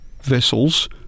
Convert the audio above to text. vessels